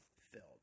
filled